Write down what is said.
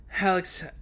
Alex